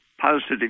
positive